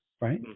Right